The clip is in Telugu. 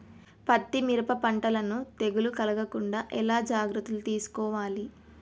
పత్తి మిరప పంటలను తెగులు కలగకుండా ఎలా జాగ్రత్తలు తీసుకోవాలి?